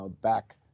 back